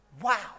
Wow